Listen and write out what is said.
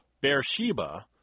Beersheba